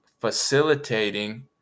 facilitating